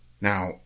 Now